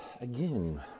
again